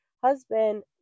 husband